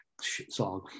song